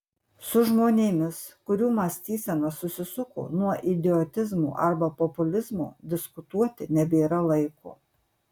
su žmonėmis kurių mąstysena susisuko nuo idiotizmo arba populizmo diskutuoti nebėra laiko